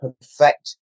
perfect